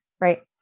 right